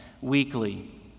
weekly